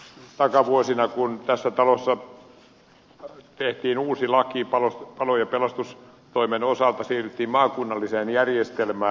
takavuosina kun tässä talossa tehtiin uusi laki palo ja pelastustoimen osalta siirryttiin maakunnalliseen järjestelmään